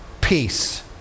Peace